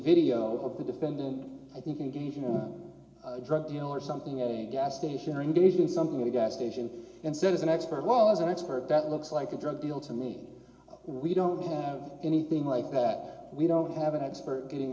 video of the defendant i think engaged in drug dealers something at a gas station or engaged in something at a gas station and said is an expert well as an expert that looks like a drug deal to me we don't have anything like that we don't have an expert getting